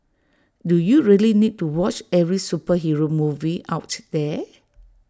do you really need to watch every superhero movie out there